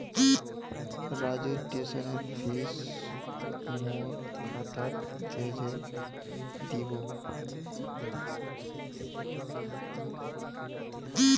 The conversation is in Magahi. राजूर ट्यूशनेर फीस मोर खातात भेजे दीबो